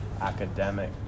academic